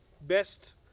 best